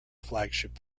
flagship